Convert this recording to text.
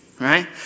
right